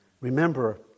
Remember